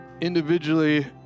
individually